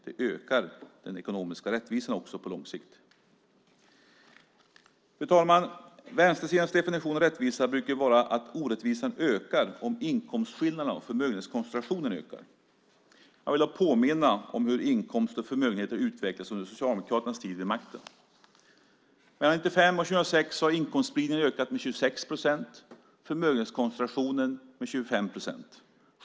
Det ökar också den ekonomiska rättvisan på lång sikt. Fru talman! Vänstersidans definition av rättvisa brukar vara att orättvisan ökar om inkomstskillnaderna och förmögenhetskoncentrationen ökar. Jag vill då påminna om hur inkomster och förmögenheter har utvecklats under Socialdemokraternas tid vid makten. Mellan 1995 och 2006 har inkomstspridningen ökat med 26 procent och förmögenhetskoncentrationen med 25 procent.